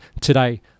today